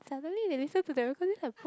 suddenly they listen to the recording